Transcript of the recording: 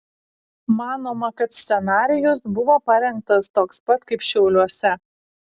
manoma kad scenarijus buvo parengtas toks pat kaip šiauliuose